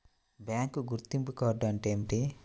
Bank గుర్తింపు card అంటే ఏమిటి?